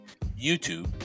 YouTube